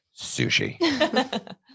sushi